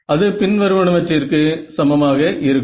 அது பின்வருவனவற்றிற்கு சமமாக இருக்கும்